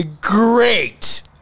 Great